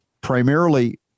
primarily –